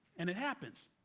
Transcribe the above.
and it happens.